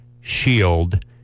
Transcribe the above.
Shield